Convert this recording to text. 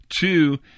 two